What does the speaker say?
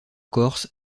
corse